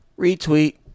Retweet